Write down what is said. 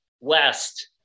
west